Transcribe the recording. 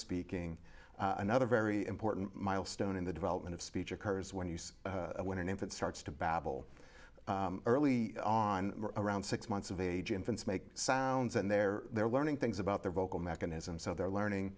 speaking another very important milestone in the development of speech occurs when you say when an infant starts to babble early on around six months of age infants make sounds and they're they're learning things about their vocal mechanism so they're learning